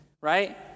right